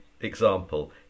example